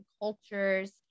cultures